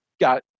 got